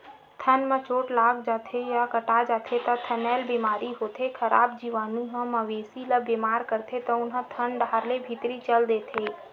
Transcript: थन म चोट लाग जाथे या कटा जाथे त थनैल बेमारी होथे, खराब जीवानु ह मवेशी ल बेमार करथे तउन ह थन डाहर ले भीतरी चल देथे